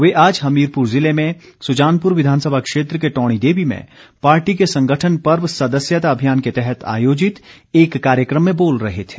वे आज हमीरपुर जिले में सुजानपुर विधानसभा क्षेत्र के टौणी देवी में पार्टी के संगठन पर्व सदस्यता अभियान के तहत आयोजित एक कार्यक्रम में बोल रहे थे